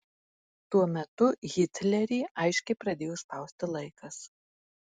tuo metu hitlerį aiškiai pradėjo spausti laikas